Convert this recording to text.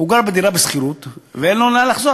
הוא גר בדירה בשכירות, ואין לו לאן לחזור.